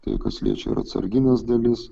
tai kas liečia ir atsargines dalis